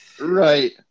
Right